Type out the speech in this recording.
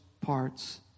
parts